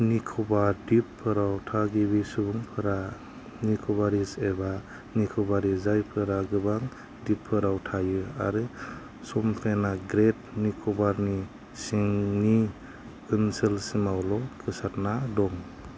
निक'बार दीवफोराव थागिबि सुबुंफोरा निक'बारीस एबा निक'बारी जायफोरा गोबां दीपफोराव थायो आरो शम्पेना ग्रेट निक'बारनि सिंनि ओनसोलसिमावल' गोसारना दं